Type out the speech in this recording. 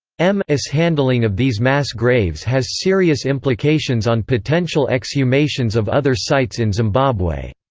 m ishandling of these mass graves has serious implications on potential exhumations of other sites in zimbabwe.